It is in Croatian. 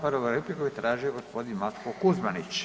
Prvu repliku je tražio gospodin Matko Kuzmanić.